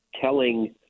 telling